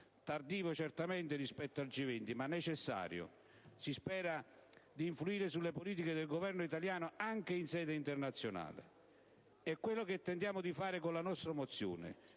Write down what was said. tardivo certamente rispetto al G20 ma necessario, si spera, per influire sulle politiche del Governo italiano, anche in sede internazionale. È quello che tentiamo di fare con la nostra mozione,